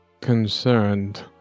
concerned